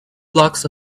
blocks